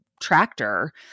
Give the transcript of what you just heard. tractor